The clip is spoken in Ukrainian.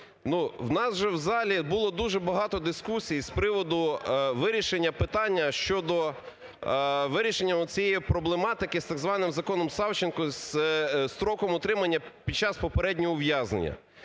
у нас же в залі було дуже багато дискусій з приводу вирішення питання щодо вирішення цієї проблематики з, так званим, законом Савченко з строком утримання під час попереднього ув'язнення.